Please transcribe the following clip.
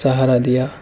سہارا دیا